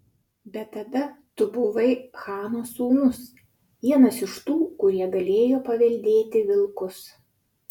bet tada tu buvai chano sūnus vienas iš tų kurie galėjo paveldėti vilkus